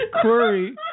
query